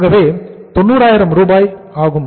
ஆகவே இது 90000 ரூபாய் ஆகும்